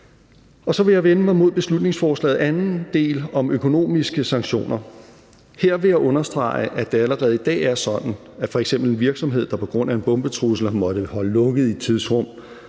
Så vil jeg vende mig mod beslutningsforslagets anden del om økonomiske sanktioner. Her vil jeg understrege, at det allerede i dag er sådan, at f.eks. en virksomhed, der på grund af en bombetrussel har måttet holde lukket i et tidsrum